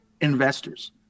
investors